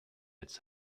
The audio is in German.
als